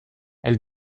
elle